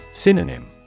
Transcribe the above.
Synonym